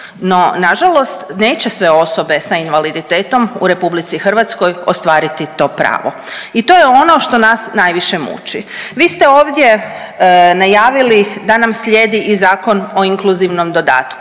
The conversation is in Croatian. no nažalost neće sve osobe sa invaliditetom u RH ostvariti to pravo i to je ono što nas najviše muči. Vi ste ovdje najavili da nam slijedi i Zakon o inkluzivnom dodatku,